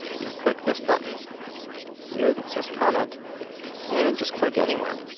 you can click this button here that says comment and just click anywhere.